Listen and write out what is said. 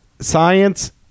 science